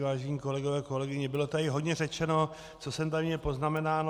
Vážení kolegové, kolegyně, bylo tady hodně řečeno, co jsem tady měl poznamenáno.